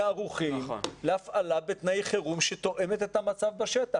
ערוכים להפעלה בתנאי חירום שתואמים את המצב בשטח.